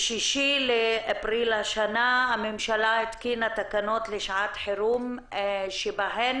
ב-6 באפריל השנה הממשלה התקינה תקנות לשעות חירום שבהן